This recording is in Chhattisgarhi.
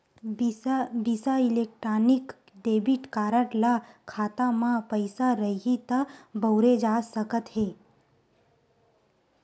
बिसा इलेक्टानिक डेबिट कारड ल खाता म पइसा रइही त बउरे जा सकत हे